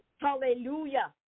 Hallelujah